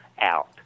out